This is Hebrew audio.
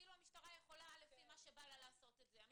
כאילו המשטרה יכולה לפי מה שבא לה, לעשות את זה.